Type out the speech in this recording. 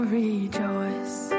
rejoice